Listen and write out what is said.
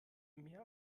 mehr